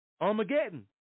Armageddon